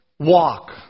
Walk